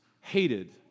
hated